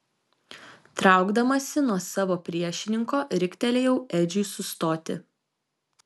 traukdamasi nuo savo priešininko riktelėjau edžiui sustoti